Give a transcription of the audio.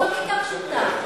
פשוטה,